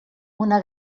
una